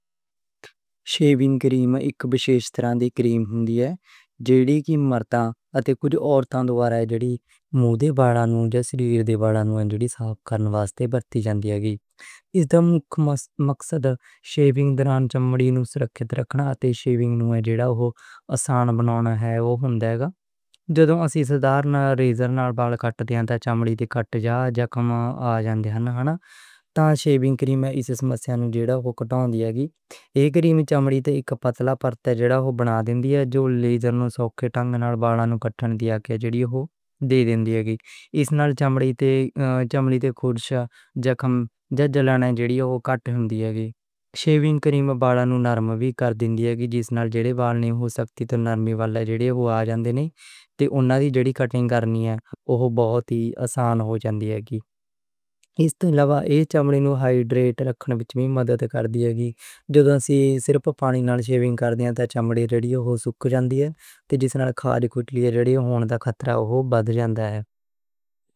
شیونگ کریم اک خاص طرح دی کریم ہوندی ہے جو مرداں اتے کجھ عورتاں ولوں شیونگ دوران ورتی جاندی ہے۔ اس دا مکھی مقصد شیونگ دوران چمڑی نوں سُرَکھِت رکھنا اتے شیونگ نوں آسان بنانا ہے۔ جدوں اسی ریزر نال بال کٹ دے ہاں تاں چمڑی تے کٹ یا زخم آ سکدے ہن، تے شیونگ کریم ایہ مسئلہ گھٹ کر دیندی ہے۔ کریم چمڑی تے اک پتلا پرت بنا دیندی ہے، لبریکیٹ کر دیندی ہے، جس نال ریزر سوکھے طریقے نال بال کٹن دی سہولت دے دیندی ہے۔ اس نال چمڑی تے خراشاں تے زخم گھٹ جاندے ہن۔ شیونگ کریم بالاں نوں نرم وی کر دیندی ہے، جس نال سخت بال نرم ہو جاندے ہن تے انہاں دی کٹنگ آسان ہو جاندی ہے۔ اس دے علاوہ، ایہ چمڑی نوں ہائڈریٹ رکھن وچ مدد دے دیندی ہے؛ صرف پانی نال شیونگ کرنے نال چمڑی سُک سکدی ہے تے خارش یا جلَن دا خطرہ ودھ سکدا ہے۔